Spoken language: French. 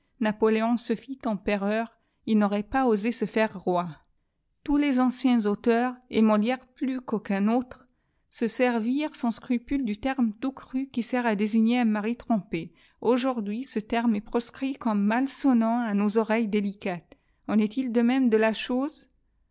napoléon se fit empereur il n'aurait pas osé se faire roi tous les anciens auteurs et molière plus qu'aucun autre se servirent sans scrupule du terme tout tm qui sert à déngner un mari trompé aujourd'hui ce terme est proscrit comme malsonnant à nos oreilles délicates en est-il de même de la chose